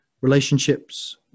relationships